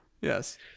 Yes